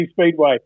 speedway